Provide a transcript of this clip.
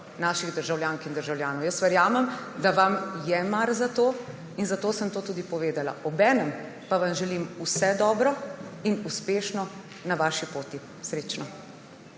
naših državljank in državljanov. Jaz verjamem, da vam je mar za to in zato sem to tudi povedala. Obenem pa vam želim vse dobro in uspešno na vaši poti. Srečno!